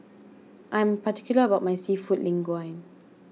I am particular about my Seafood Linguine